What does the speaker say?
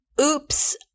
Oops